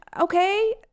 okay